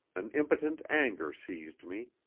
an impotent anger seized me.